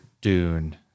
Dune